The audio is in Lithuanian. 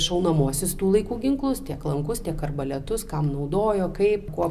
šaunamuosius tų laikų ginklus tiek lankus tiek arbaletus kam naudojo kaip kuo